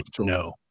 no